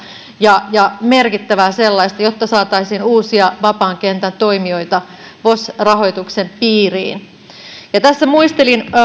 ja ja merkittävää sellaista jotta saataisiin uusia vapaan kentän toimijoita vos rahoituksen piiriin tässä muistelin